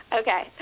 Okay